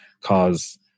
cause